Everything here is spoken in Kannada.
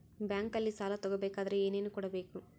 ಬ್ಯಾಂಕಲ್ಲಿ ಸಾಲ ತಗೋ ಬೇಕಾದರೆ ಏನೇನು ಕೊಡಬೇಕು?